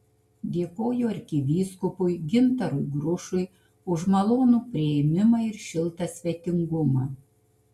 dėkoju arkivyskupui gintarui grušui už malonų priėmimą ir šiltą svetingumą